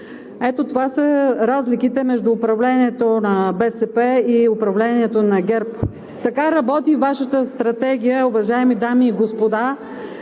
Ето това са разликите между управлението на БСП и управлението на ГЕРБ. Така работи Вашата стратегия, уважаеми дами и господа,